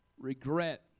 regret